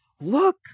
Look